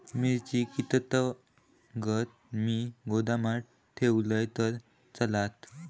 मिरची कीततागत मी गोदामात ठेवलंय तर चालात?